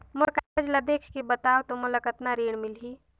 मोर कागज ला देखके बताव तो मोला कतना ऋण मिलही?